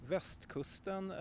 Västkusten